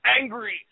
angry